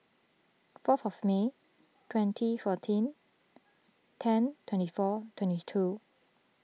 for fourth May twenty fourteen ten twenty four twenty two